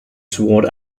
toward